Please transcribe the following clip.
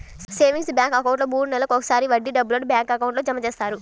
savings bank అకౌంట్లో మూడు నెలలకు ఒకసారి వడ్డీ డబ్బులను బ్యాంక్ అకౌంట్లో జమ చేస్తారు